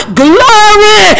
glory